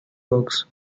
works